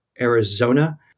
Arizona